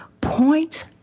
Point